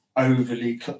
Overly